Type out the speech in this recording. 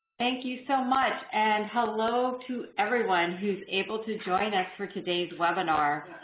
thank you so much and hello to everyone who's able to join us for today's webinar.